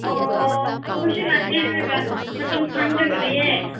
ꯑꯣ ꯑꯩꯈꯣꯏꯁꯨ ꯂꯥꯛꯀꯦ ꯍꯥꯏꯔꯒ ꯃꯇꯝ ꯁꯪꯗ꯭ꯔꯒ ꯂꯩꯌꯦ